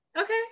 okay